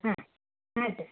ஆ ஆ சரி